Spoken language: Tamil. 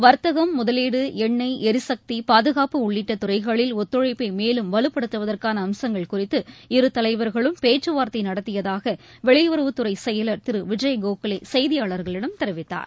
வர்த்தகம் முதலீடு எண்ணெய் எரிசக்தி பாதுகாப்பு உள்ளிட்ட துறைகளில் ஒத்துழைப்ப மேலும் வலுப்படுத்தவதற்கான அம்சங்கள் குறித்து இரு தலைவர்களும் பேச்சுவார்த்தை நடத்தியதாக வெளியுறவுத்துறை செயலர் திரு விஜய்கோகலே செய்தியாளர்களிடம் தெரிவித்தார்